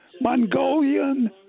Mongolian